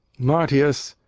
marcius,